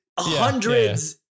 Hundreds